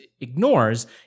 ignores